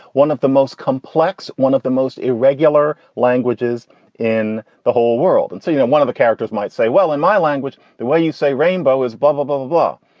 one of the most complex, one of the most irregular languages in the whole world. and so, you know, one of the characters might say, well, in my language, the way you say rainbow is above above law.